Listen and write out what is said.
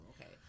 okay